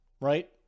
Right